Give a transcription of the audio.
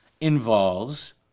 involves